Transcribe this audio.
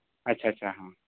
ᱟᱪᱪᱷᱟ ᱟᱪᱪᱷᱟ ᱦᱚᱸ